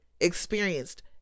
experienced